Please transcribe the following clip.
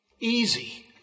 easy